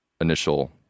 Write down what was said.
initial